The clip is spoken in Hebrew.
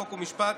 חוק ומשפט,